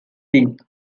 think